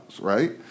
right